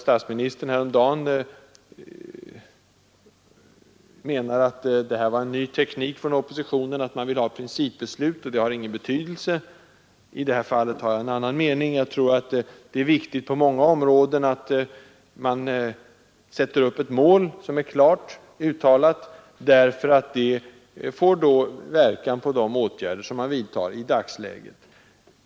Statsministern sade häromdagen att det här att vilja ha principbeslut var en ny teknik från oppositionen och att sådana beslut inte har någon betydelse. I detta fall är jag av en annan mening. Jag tror att det på många områden är viktigt att sätta upp ett klart uttalat mål, därför att det får verkan på de åtgärder som man vidtar i dagsläget.